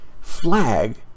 flag